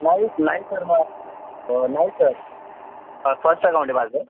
नाही नाही सर म नाही सर हा फर्स्ट टाइम ओन्ली माझं